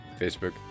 Facebook